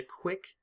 quick